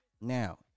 Now